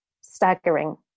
staggering